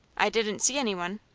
i didn't see any one.